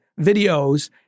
videos